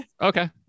okay